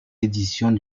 éditions